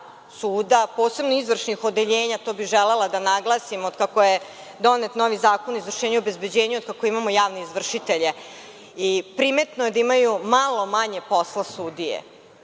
suda, posebno izvršnih odeljenja to bih želela da naglasim od kako je donet novi Zakon o izvršenju i obezbeđenju od kako imamo javne izvršitelje i primetno je da imaju malo manje posla sudije.